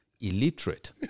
illiterate